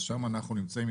שם אנחנו נמצאים.